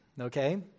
okay